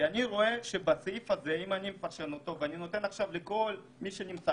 כי אני מפרש את הסעיף הזה אז כל מי שנמצא